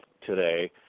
today